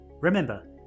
Remember